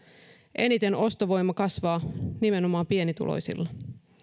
eniten ostovoima kasvaa nimenomaan pienituloisilla